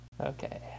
Okay